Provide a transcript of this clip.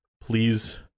Please